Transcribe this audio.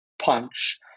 punch